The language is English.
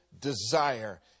desire